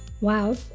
Wow